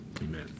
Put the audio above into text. Amen